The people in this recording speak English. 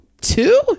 Two